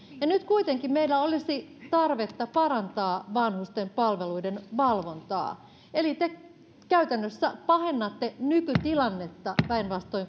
ja nyt kuitenkin meillä olisi tarvetta parantaa vanhusten palveluiden valvontaa eli te käytännössä pahennatte nykytilannetta päinvastoin